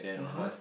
!huh!